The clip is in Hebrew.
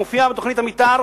מופיע בתוכנית המיתאר,